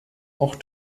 auch